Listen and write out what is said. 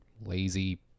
lazy